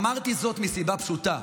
אמרתי זאת מסיבה פשוטה.